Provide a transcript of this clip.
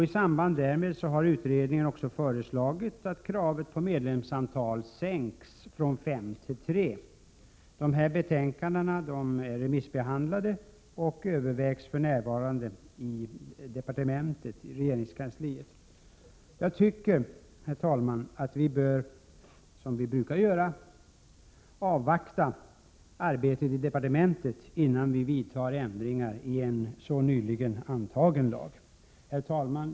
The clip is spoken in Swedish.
I samband därmed har utredningen också föreslagit att antalet medlemmar inte längre skall behöva vara fem utan tre. Dessa betänkanden är remissbehandlade och övervägs för närvarande i regeringskansliet. Jag tycker att vi, som vi brukar göra, bör avvakta arbetet i departementet, innan vi vidtar ändringar i en så nyligen antagen lag. Herr talman!